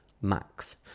Max